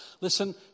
Listen